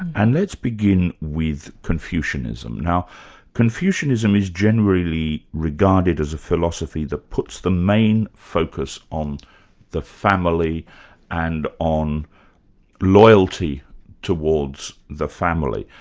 and let's begin with confucianism. now confucianism is generally regarded as a philosophy that puts the main focus on the family and on loyalty towards the family.